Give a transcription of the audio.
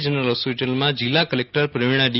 general હોસ્પિટલમાં જીલ્લા collector Pravina D